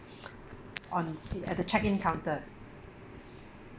on at the check in counter